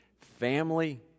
family